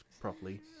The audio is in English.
properly